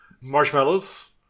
Marshmallows